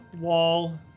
wall